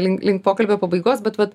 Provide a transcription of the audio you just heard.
link link pokalbio pabaigos bet vat